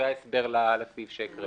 זה ההסבר לסעיף שהקראתי.